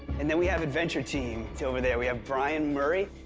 and then we have adventure team over there. we have brian murray,